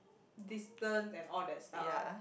distance and all that stuff